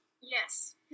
Yes